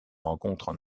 rencontrent